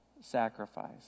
sacrifice